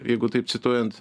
jeigu taip cituojant